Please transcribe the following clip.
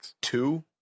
two